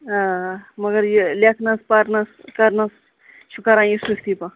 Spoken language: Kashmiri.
آ مگر یہِ لیکھنس پَرنَس کَرنَس چھُ کران یہِ سُستی پہہ